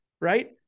right